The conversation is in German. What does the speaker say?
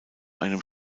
einem